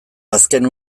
azken